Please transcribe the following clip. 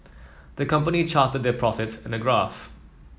the company charted their profits in a graph